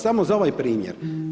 Samo za ovaj primjer.